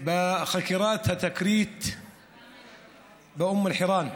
בחקירת התקרית באום אל-חיראן.